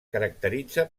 caracteritza